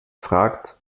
fragt